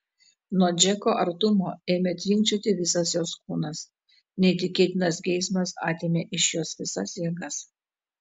nuo džeko artumo ėmė tvinkčioti visas jos kūnas neįtikėtinas geismas atėmė iš jos visas jėgas